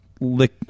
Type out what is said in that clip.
lick